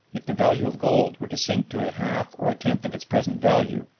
if the value of gold were to sink to a half or a tenth of its present value,